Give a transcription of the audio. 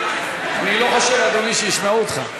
אני לא חושב, אדוני, שישמעו אותך,